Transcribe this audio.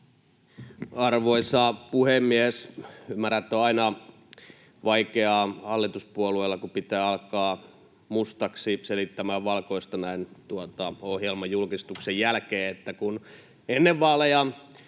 Arvoisa puhemies! Ymmärrän, että hallituspuolueilla on aina vaikeaa, kun pitää alkaa mustaksi selittämään valkoista näin ohjelman julkistuksen jälkeen. Kun ennen vaaleja